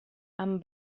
amb